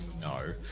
no